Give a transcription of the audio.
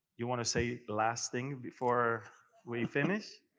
you want to say the last thing before we finish?